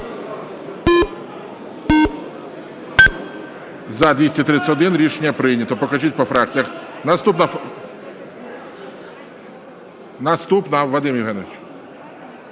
За-231 Рішення прийнято. Покажіть по фракціях. Наступна... Наступна, Вадим Євгенович.